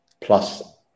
plus